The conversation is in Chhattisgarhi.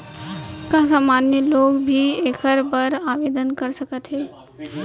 का सामान्य लोग भी एखर बर आवदेन कर सकत हे?